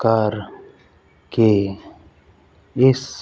ਕਰਕੇ ਇਸ